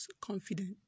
confident